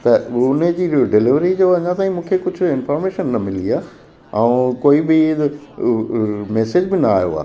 त उन जी डिलेवरी जो अञा ताईं मूंखे कुझु इंफोर्मेशन न मिली आहे ऐं कोई बि मैसेज बि न आहियो आहे